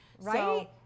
Right